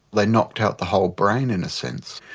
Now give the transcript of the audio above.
they knocked out the whole brain, in a sense.